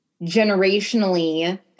generationally